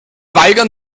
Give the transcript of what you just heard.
weigern